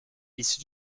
issu